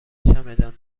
چمدان